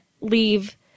leave